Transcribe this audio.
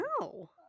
No